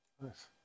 Nice